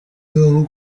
aho